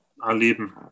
erleben